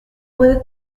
puede